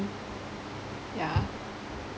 yeah